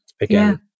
again